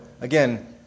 Again